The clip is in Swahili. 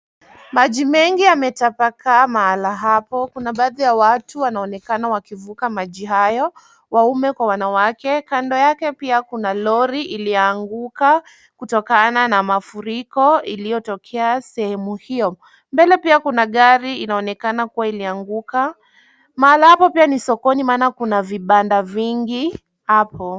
Maji mengi yametapakaa mahali hapo. Kuna baadhi ya watu wanaonekana wakivuka maji hayo, waume kwa wanawake. Kando yake pia kuna lori iliyoanguka kutokana na mafuriko iliyotokea sehemu hiyo. Mbele pia kuna gari inaonekana kuwa ilianguka. Mahali hapo pia ni sokoni maana kuna vibanda vingi hapo.